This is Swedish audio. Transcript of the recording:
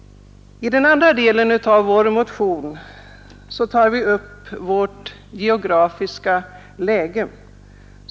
I den andra delen av vår motion har vi tagit upp vårt läns geografiska läge.